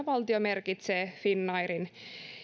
valtio merkitsee finnairin